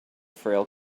frail